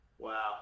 wow